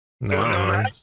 No